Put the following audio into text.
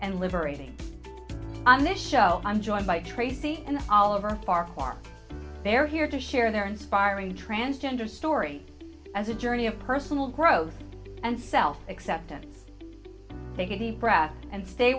and liberating on this show i'm joined by tracy and oliver parker are they're here to share their inspiring transgender story as a journey of personal growth and self acceptance take a deep breath and stay